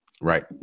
Right